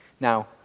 now